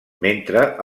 mentre